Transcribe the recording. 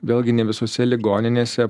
vėlgi ne visose ligoninėse